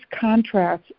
contrasts